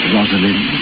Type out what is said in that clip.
Rosalind